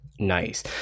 Nice